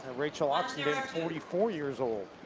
ah rachel oxenden, forty four years old.